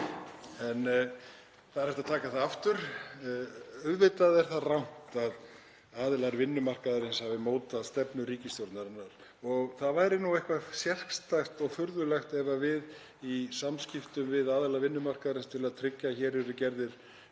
En það er hægt að taka þetta aftur. Auðvitað er það rangt að aðilar vinnumarkaðarins hafi mótað stefnu ríkisstjórnarinnar. Það væri nú eitthvað sérstakt og furðulegt ef við í samskiptum við aðila vinnumarkaðarins, til að tryggja að hér yrðu gerðir